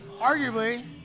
arguably